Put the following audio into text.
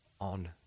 on